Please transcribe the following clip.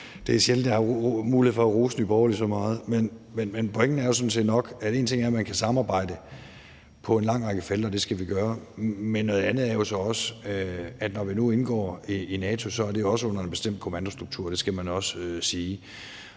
Det er sjældent, jeg har mulighed for at rose Nye Borgerlige så meget, men pointen er sådan set nok, at en ting er, at man kan samarbejde på en lang række felter, og det skal vi gøre, men noget andet er jo så også, at når vi nu indgår i NATO, er det også under en bestemt kommandostruktur – det skal man også sige.